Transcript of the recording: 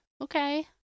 Okay